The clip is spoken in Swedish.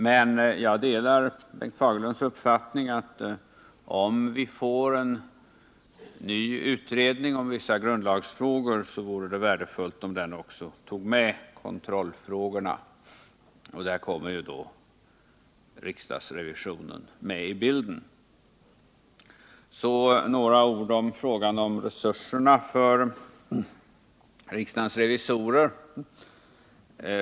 Men jag delar Bengt Fagerlunds uppfattning att om vi får en ny utredning om vissa grundlagsfrågor, så vore det värdefullt om den kunde ta upp även kontrollfrågorna och i så fall kommer, också riksdagsrevisionen med i bilden. Så några ord om riksdagsrevisorernas resurser.